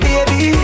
Baby